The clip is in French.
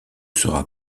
sera